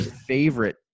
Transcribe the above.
favorite